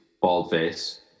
Baldface